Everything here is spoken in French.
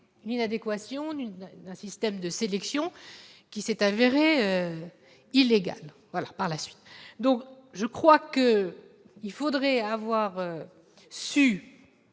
l'inadéquation du d'un système de sélection qui s'est avérée illégal voilà, par la suite, donc je crois que il faudrait avoir su